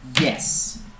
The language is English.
Yes